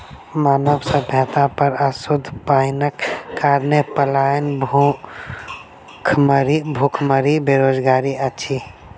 मानव सभ्यता पर अशुद्ध पाइनक कारणेँ पलायन, भुखमरी, बेरोजगारी अछि